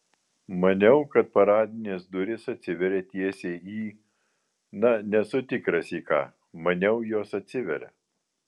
maniau kad paradinės durys atsiveria teisiai į na nesu tikras į ką maniau jos atsiveria